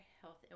health